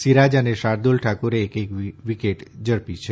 સિરાજ અને શાર્દુલ ઠાકુરે એક એક વિકેટ ઝડપી છે